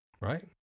right